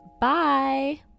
Bye